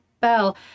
Bell